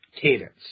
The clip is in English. cadence